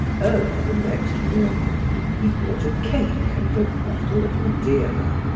early the next morning he bought a cake and a bottle of madeira.